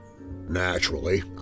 Naturally